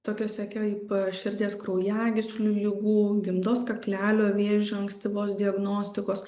tokiose kaip širdies kraujagyslių ligų gimdos kaklelio vėžio ankstyvos diagnostikos